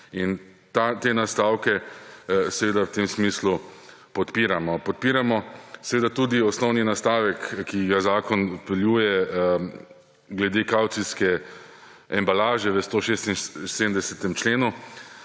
in te nastavke seveda v tem smislu podpiramo. Podpiramo tudi osnovni nastavek, ki ga zakon vpeljuje, glede kavcijske embalaže v 176. členu.